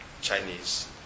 Chinese